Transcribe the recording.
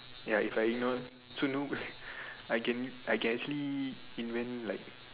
ya if I ignore so noob right I can I can actually invent like